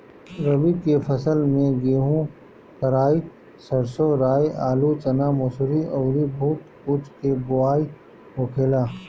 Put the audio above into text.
रबी के फसल में गेंहू, कराई, सरसों, राई, आलू, चना, मसूरी अउरी बहुत कुछ के बोआई होखेला